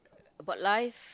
about life